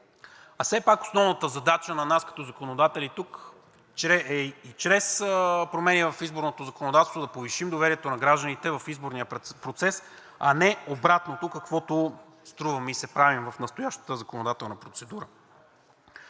Все пак основната ни задача на нас като законодатели тук е чрез промени в изборното законодателство да повишим доверието на гражданите в изборния процес, а не обратното, каквото струва ми се правим в настоящата законодателна процедура.